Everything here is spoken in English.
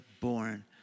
born